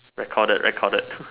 recorded recorded